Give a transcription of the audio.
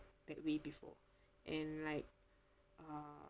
that way before and like uh